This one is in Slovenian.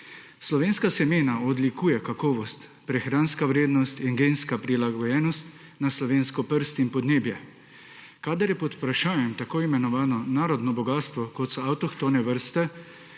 Slovenska semena odlikujejo kakovost, prehranska vrednost in genska prilagojenost na slovensko prst in podnebje. Kadar je pod vprašajem tako imenovano narodno bogastvo, kot so avtohtone vrste,